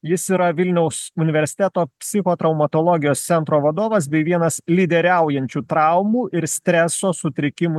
jis yra vilniaus universiteto psichotraumatologijos centro vadovas bei vienas lyderiaujančių traumų ir streso sutrikimų